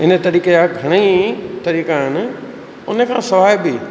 इन तरीक़े जा घणेई तरीक़ा आहिनि उनखां सवाइ बि